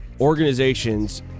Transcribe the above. organizations